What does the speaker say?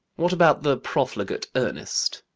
what about the profligate ernest?